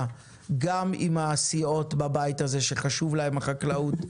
עם הסיעות בבית הזה שחשובה להן החקלאות,